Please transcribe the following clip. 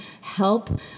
help